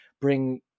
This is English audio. bring